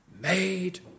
made